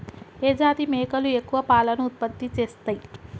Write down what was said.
ఏ జాతి మేకలు ఎక్కువ పాలను ఉత్పత్తి చేస్తయ్?